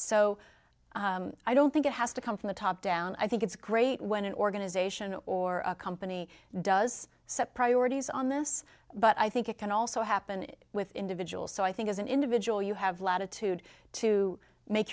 so i don't think it has to come from the top down i think it's great when an organization or a company does set priorities on this but i think it can also happen with individuals so i think as an individual you have latitude to make